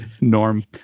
Norm